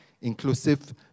inclusive